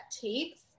takes